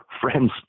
friends